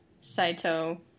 Saito